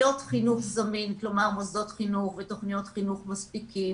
חינוך זמין כלומר מוסדות חינוך ותכניות חינוך מספיקים,